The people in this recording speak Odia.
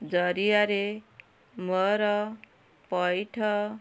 ଜରିଆରେ ମୋର ପଇଠ